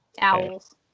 owls